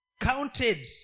counted